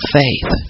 faith